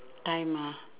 time ah